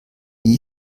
wie